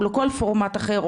או לכל פורמט אחר,